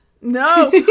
no